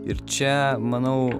ir čia manau